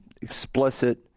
explicit